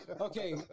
Okay